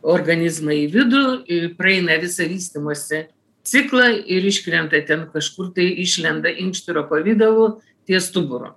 organizmą į vidų praeina visą vystymosi ciklą ir iškrenta ten kažkur tai išlenda inkštiro pavidalu ties stuburu